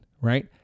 Right